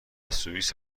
سوئیس